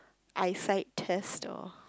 eyesight test or